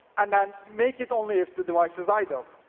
and then make it only if the device is idle.